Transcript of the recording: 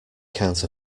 can’t